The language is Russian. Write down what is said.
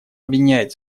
объединяет